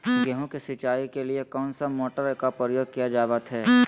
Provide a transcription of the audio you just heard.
गेहूं के सिंचाई के लिए कौन सा मोटर का प्रयोग किया जावत है?